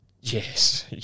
yes